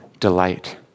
delight